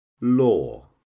law